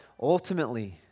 Ultimately